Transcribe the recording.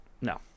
No